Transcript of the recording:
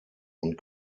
und